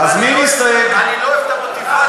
אני לא אוהב את המוטיבציות.